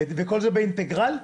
וכל זה באינטגרל?